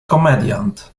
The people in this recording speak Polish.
komediant